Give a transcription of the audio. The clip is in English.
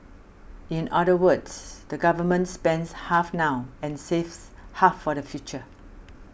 in other words the government spends half now and saves half for the future